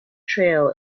trail